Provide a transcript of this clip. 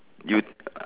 you ah